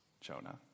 Jonah